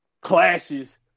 clashes